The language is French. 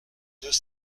deux